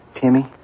Timmy